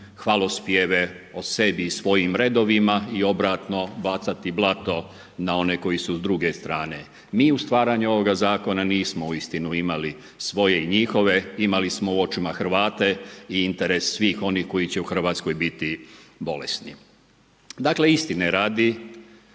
hvalospjeve o sebi i svojim redovima i obratno bacati blato na one koji su s druge strane. Mi u stvaranju ovoga Zakona nismo uistinu nismo imali svoje i njihove, imali smo u očima Hrvate i interes svih onih koji će u Hrvatskoj biti bolesni. Dakle, istine radi,